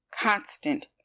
constant